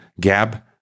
Gab